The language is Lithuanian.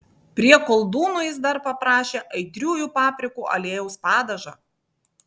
prie koldūnų jis dar paprašė aitriųjų paprikų aliejaus padažo